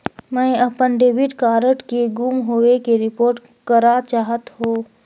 मैं अपन debit card के गुम होवे के रिपोर्ट करा चाहत हों